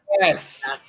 Yes